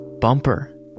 bumper